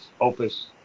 Opus